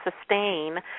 sustain